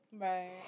Right